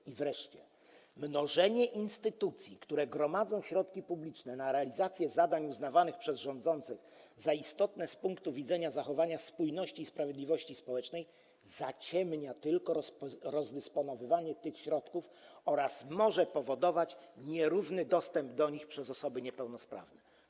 I wreszcie: Mnożenie instytucji, które gromadzą środki publiczne na realizację zadań uznawanych przez rządzących za istotne z punktu widzenia zachowania spójności i sprawiedliwości społecznej, zaciemnia tylko rozdysponowywanie tych środków oraz może powodować nierówny dostęp do nich przez osoby niepełnosprawne.